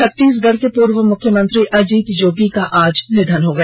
छत्तीसगढ़ के पूर्व मुख्यमंत्री अजीत जोगी का आज निधन हो गया